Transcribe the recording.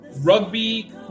rugby